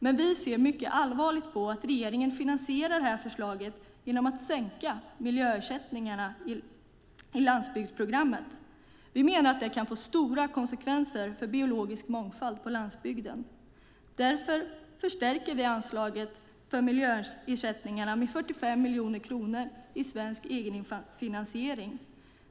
Men vi ser mycket allvarligt på att regeringen finansierar förslaget genom att sänka miljöersättningarna i landsbygdsprogrammet. Vi menar att det kan få stora konsekvenser för den biologiska mångfalden på landsbygden. Därför förstärker vi anslaget för miljöersättningarna med 45 miljoner kronor i svensk egenfinansiering.